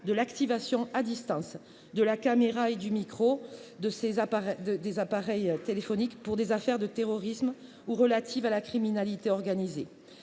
de l'activation à distance de la caméra et du micro des appareils électroniques dans les affaires de terrorisme et de criminalité organisée.